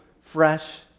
fresh